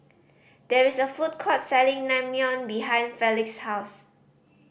there is a food court selling Naengmyeon behind Felix's house